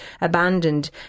abandoned